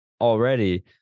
already